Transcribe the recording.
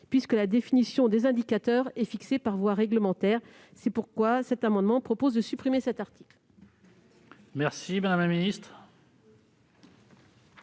puisque la définition des indicateurs est fixée par voie réglementaire. C'est pourquoi cet amendement vise à supprimer cet article.